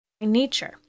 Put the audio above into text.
nature